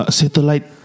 satellite